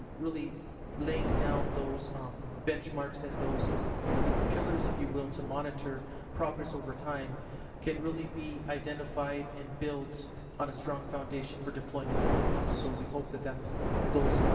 really laying down those um benchmarks and those pillars, if you will, to monitor progress over time can really be identified and built on a strong foundation for deployment in august. so we hope that that those